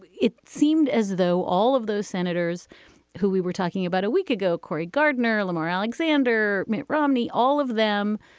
it seemed as though all of those senators who we were talking about a week ago, cory gardner, lamar alexander, mitt romney, all of them,